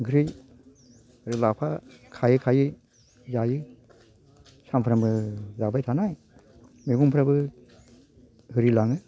ओंख्रि लाफा खायै खायै जायो सामफ्रामबो जाबाय थानाय मैगंफ्राबो होरिलाङो